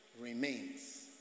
remains